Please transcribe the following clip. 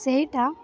ସେଇଟା